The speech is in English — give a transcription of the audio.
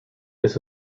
this